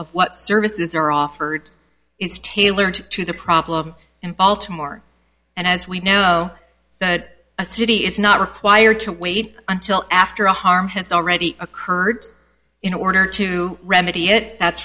of what services are offered is tailored to the problem in baltimore and as we know that a city is not required to wait until after a harm has already occurred in order to remedy it that's